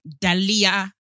Dalia